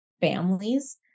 families